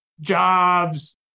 jobs